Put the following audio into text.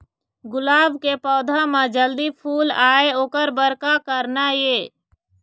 गुलाब के पौधा म जल्दी फूल आय ओकर बर का करना ये?